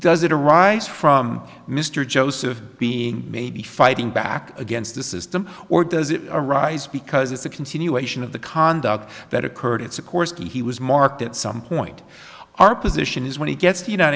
does it arise from mr joseph being maybe fighting back against the system or does it arise because it's a continuation of the conduct that occurred it's a course to he was marked at some point our position is when he gets